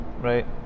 Right